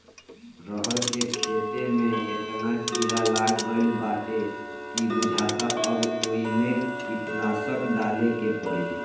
रहर के खेते में एतना कीड़ा लाग गईल बाडे की बुझाता अब ओइमे कीटनाशक डाले के पड़ी